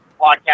podcast